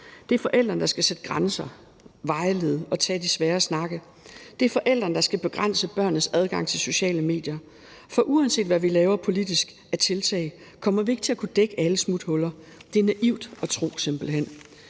Det er forældrene, der skal sætte grænser, vejlede og tage de svære snakke, og det er forældrene, der skal begrænse børnenes adgang til sociale medier, for uanset hvad vi laver politisk af tiltag, kommer vi ikke til at kunne dække alle smuthuller. Det er simpelt hen